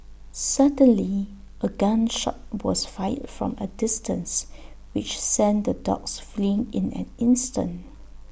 suddenly A gun shot was fired from A distance which sent the dogs fleeing in an instant